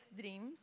dreams